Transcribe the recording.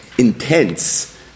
intense